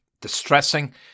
distressing